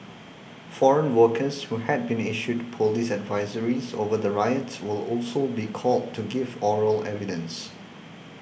foreign workers who had been issued police advisories over the riot will also be called to give oral evidence